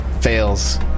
Fails